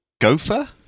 gopher